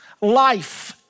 life